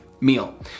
meal